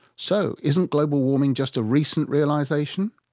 so isn't global warming just a recent realisation?